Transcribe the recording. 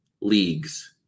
leagues –